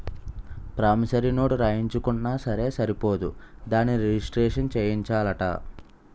promissory note రాయించుకున్నా సరే సరిపోదు దానిని రిజిస్ట్రేషను సేయించాలట